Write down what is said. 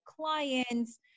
clients